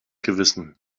gewissen